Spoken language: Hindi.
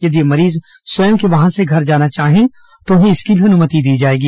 यदि मरीज स्वयं के वाहन से घर जाना चाहें तो उन्हें इसकी भी अनुमति दी जाएगी